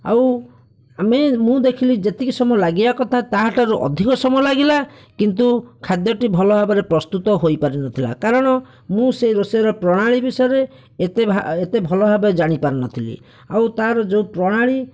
ଆଉ ଆମେ ମୁଁ ଦେଖିଲି ଯେତିକି ସମୟ ଲାଗିବା କଥା ତାଠାରୁ ଅଧିକ ସମୟ ଲାଗିଲା କିନ୍ତୁ ଖାଦ୍ୟଟି ଭଲ ଭାବରେ ପ୍ରସ୍ତୁତ ହୋଇ ପାରିନଥିଲା କାରଣ ମୁଁ ସେ ରୋଷେଇର ପ୍ରଣାଳୀ ବିଷୟରେ ଏତେ ଏତେ ଭଲ ଭାବେ ଜାଣି ପାରିନଥିଲି ଆଉ ତାର ଯେଉଁ ପ୍ରଣାଳୀ